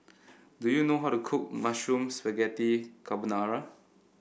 do you know how to cook Mushroom Spaghetti Carbonara